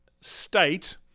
state